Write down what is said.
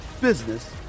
business